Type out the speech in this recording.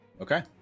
Okay